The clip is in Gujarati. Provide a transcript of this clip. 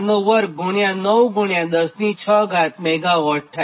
આ વોટ ભાગ્યા 10 6 ગુણ્યા 10 6 થાય